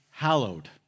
hallowed